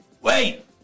wait